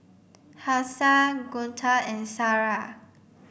Hafsa Guntur and Sarah